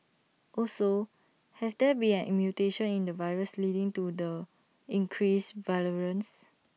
also has there been A mutation in the virus leading to the increased virulence